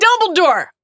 Dumbledore